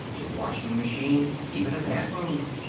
a washing machine, even a bathroom.